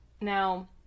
Now